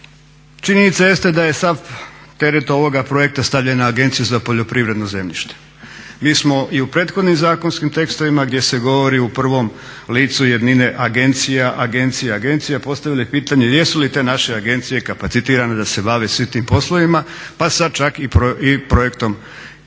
Činjenica jeste da je sav teret ovoga projekta stavljen na Agenciju za poljoprivredno zemljište. Mi smo i u prethodnim zakonskim tekstovima gdje se govori u prvom licu jednine agencija, agencija, agencija postavili pitanje jesu li te naše agencije kapacitirane da se bave svim tim poslovima, pa sad čak i projektom